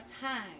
time